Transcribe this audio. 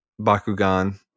Bakugan